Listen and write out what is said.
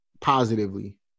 positively